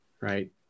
Right